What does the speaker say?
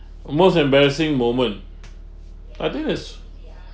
most embarrassing moment I think it's